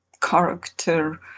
character